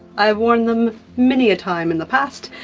i've worn them many a time in the past,